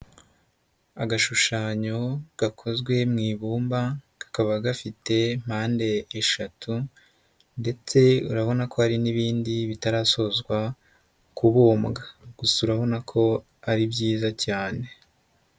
Agashushanyo gakozwe mu ibumba, kakaba gafite mpande eshatu ndetse urabona ko hari n'ibindi bitarasozwa kubumbwa, gusa urabona ko ari byiza cyane.